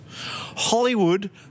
Hollywood